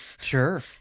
Sure